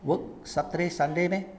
work saturday sunday leh